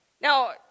Now